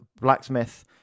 Blacksmith